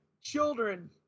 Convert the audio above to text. children